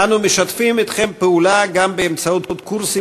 אנו משתפים אתכם פעולה גם באמצעות קורסים